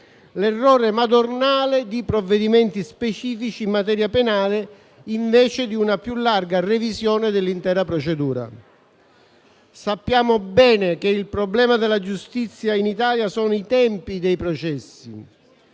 l'errore madornale di provvedimenti specifici in materia penale, invece di una più larga revisione dell'intera procedura. Sappiamo bene che il problema della giustizia in Italia è costituito dai tempi dei processi;